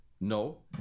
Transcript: No